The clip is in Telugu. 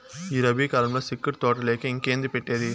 ఈ రబీ కాలంల సిక్కుడు తోటలేయక ఇంకేంది పెట్టేది